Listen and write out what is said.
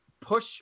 push